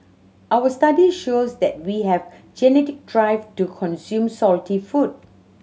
our study shows that we have genetic drive to consume salty food